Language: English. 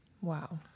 Wow